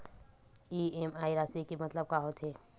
EMI राशि के मतलब का होथे?